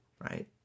right